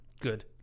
Good